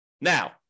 Now